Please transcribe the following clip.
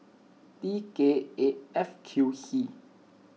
T K eight F Q C